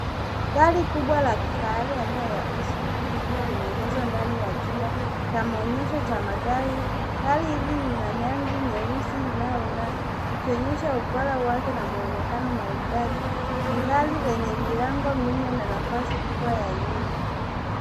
Gari kubwa la kifahari aina ya SUV likiwa limeegezwa ndani ya chumba cha maonyesho cha magari. Gari hili lina rangi nyeusi inayong'aa, likionyesha ubora wake na mwonekano maridadi. Ni gari lenye milango minne na nafasi kubwa ya nyuma.